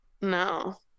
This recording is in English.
No